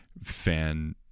fan